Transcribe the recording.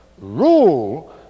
Rule